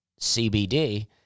CBD